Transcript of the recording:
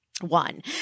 one